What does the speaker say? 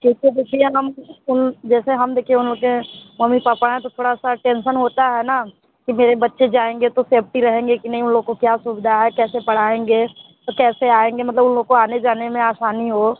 जैसे देखिए हम इस्कूल जैसे हम देखिए मम्मी पापा हैं तो थोड़ा सा टेंशन होता है ना कि मेरे बच्चे जाएँगे तो सेफ्टी रहेंगे कि नहीं उन लोग को क्या सुविधा है कैसे पढ़ाएंगे कैसे आएँगे मतलब उन लोग को आने जाने में आसानी हो